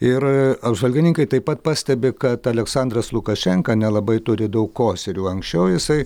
ir apžvalgininkai taip pat pastebi kad aleksandras lukašenka nelabai turi daug kozirių anksčiau jisai